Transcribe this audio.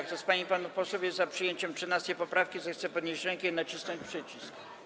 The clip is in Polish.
Kto z pań i panów posłów jest za przyjęciem 13. poprawki, zechce podnieść rękę i nacisnąć przycisk.